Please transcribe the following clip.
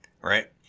right